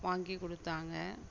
வாங்கிக் கொடுத்தாங்க